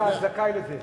אתה זכאי לזה.